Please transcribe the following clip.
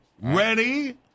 Ready